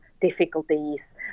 difficulties